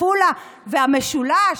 עפולה והמשולש?